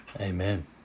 Amen